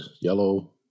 yellow